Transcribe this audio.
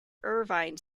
irvine